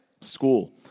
school